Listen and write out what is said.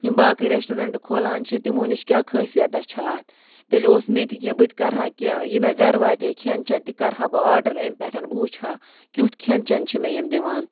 یِم باقٕے رٮ۪سٹورَنٛٹہٕ کھولان چھِ تِمو نِش کیٛاہ خٲصیتاہ چھِ اَتھ تیٚلہِ اوس مےٚ تہِ کیٚنٛہہ بہٕ تہِ کَرٕہا کہِ یہِ مےٚ گَرٕ واتے کھٮ۪ن چٮ۪ن تہِ کَرٕ ہا بہٕ آرڈر امہِ پٮ۪ٹھ بہٕ وٕچھِ ہا کیُتھ کھٮ۪ن چٮ۪ن چھِ مےٚ یِم دِوان